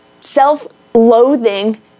self-loathing